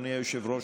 אדוני היושב-ראש,